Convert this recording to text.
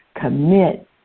commit